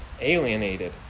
alienated